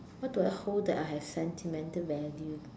what do I hold that I have sentimental value